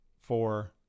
four